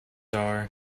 are